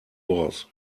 was